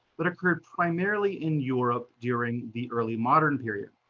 that occurred primarily in europe during the early modern period.